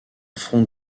front